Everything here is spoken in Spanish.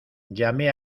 llamé